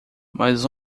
mas